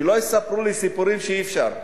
שלא יספרו לי סיפורים שאי-אפשר,